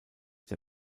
der